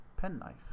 penknife